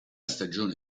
stagione